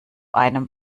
einem